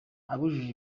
abujuje